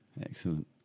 Excellent